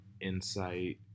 insight